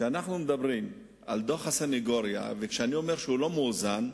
כשאנחנו מדברים על דוח הסניגוריה וכשאני אומר שהוא לא מאוזן,